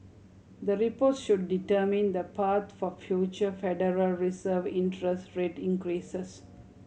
the reports should determine the path for future Federal Reserve interest rate increases